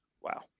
Wow